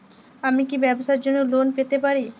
আমি কি ব্যবসার জন্য লোন পেতে পারি?